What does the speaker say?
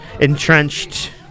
entrenched